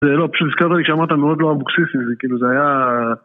זה לא, פשוט הזכרת לי שאמרת מאוד לא אבוקסיסי, זה כאילו זה היה...